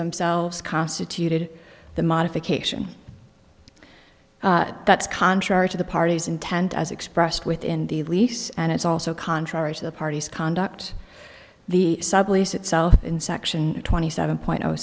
themselves constituted the modification that's contrary to the party's intent as expressed within the lease and it's also contrary to the parties conduct the sublease itself in section twenty seven point